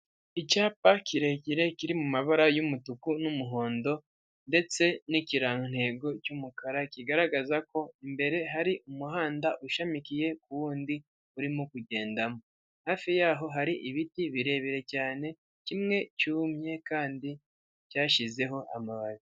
Icyapa kirekire kiri mu mabara y'umutuku n'umuhondo ndetse n'ikirantego cy'umukara kigaragaza ko imbere hari umuhanda ushamikiye ku wundi urimo kugendamo. Hafi yaho hari ibiti birebire cyane kimwe cyumye kandi cyashizeho amababi.